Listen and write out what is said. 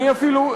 אני אפילו,